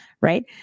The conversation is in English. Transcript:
right